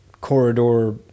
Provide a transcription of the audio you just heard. corridor